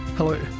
Hello